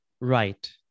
Right